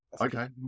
okay